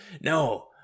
No